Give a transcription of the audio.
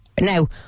Now